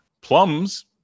Plums